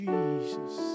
Jesus